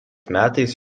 metais